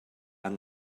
yng